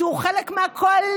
שהוא חלק מהקואליציה,